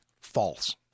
False